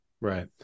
right